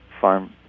farm